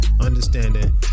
understanding